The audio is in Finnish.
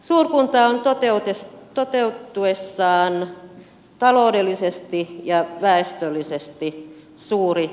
suurkunta on toteutuessaan taloudellisesti ja väestöllisesti suuri alue